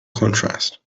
contrast